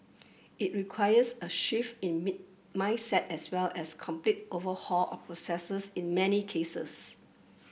it requires a shift in mid mindset as well as complete overhaul of processes in many cases